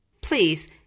please